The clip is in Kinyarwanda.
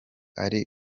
ari